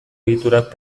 egiturak